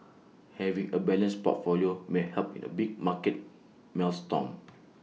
having A balanced portfolio may help in A big market maelstrom